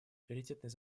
приоритетной